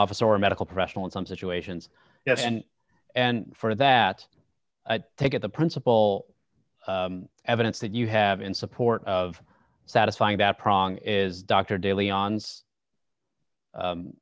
officer or a medical professional in some situations yes and and for that i take it the principal evidence that you have in support of satisfying that prong is dr daley ons